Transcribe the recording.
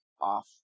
off